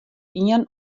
ien